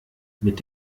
mit